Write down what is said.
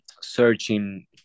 searching